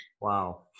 Wow